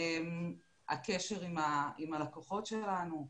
הקשר עם הלקוחות שלנו,